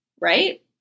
right